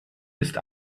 ist